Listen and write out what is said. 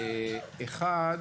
אחד,